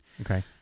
Okay